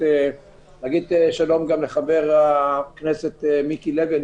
ולומר גם שלום לחבר הכנסת מיקי לוי.